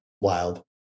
wild